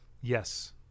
yes